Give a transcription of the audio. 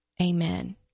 Amen